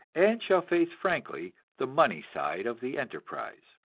and shall face frankly the money side of the enterprise.